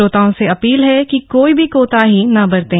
श्रोताओं से अपील है कि कोई भी कोताही न बरतें